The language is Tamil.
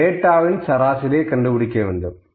இந்த டேட்டாவின் சராசரியை கண்டுபிடிக்க வேண்டும்